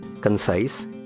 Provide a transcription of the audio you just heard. concise